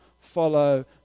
follow